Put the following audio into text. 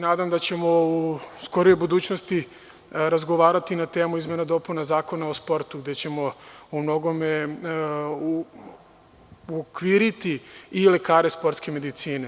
Nadam se da ćemo u skorijoj budućnosti razgovarati na temu izmene i dopuna Zakona o sportu, gde ćemo u mnogome uokviriti i lekare sportske medicine.